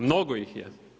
Mnogo ih je.